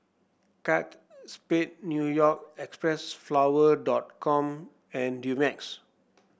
Kate Spade New York Xpressflower dot com and Dumex